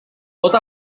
pot